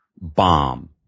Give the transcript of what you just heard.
bomb